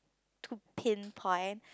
to pinpoint